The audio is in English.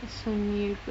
சொன்னீர்கள்:sonneergal